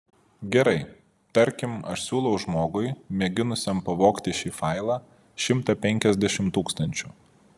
gerai tarkim aš siūlau žmogui mėginusiam pavogti šį failą šimtą penkiasdešimt tūkstančių